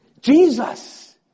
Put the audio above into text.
Jesus